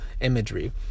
imagery